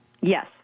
Yes